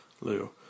Lou